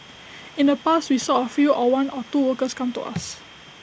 in the past we saw A few or one or two workers come to us